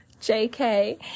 JK